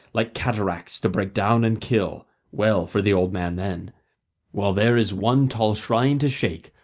like cataracts to break down and kill, well for the old man then while there is one tall shrine to shake,